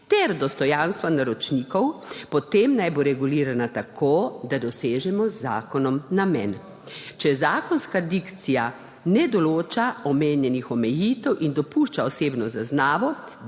ter dostojanstva naročnikov, potem naj bo regulirana tako, da dosežemo z zakonom namen. Če zakonska dikcija ne določa omenjenih omejitev in dopušča osebno zaznavo,